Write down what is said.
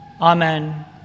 Amen